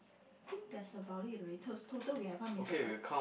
think that's about it already toast total we have how many circle